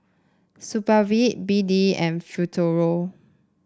Supravit B D and Futuro